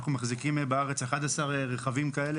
אנחנו מחזיקים בארץ 11 רכבים כאלה.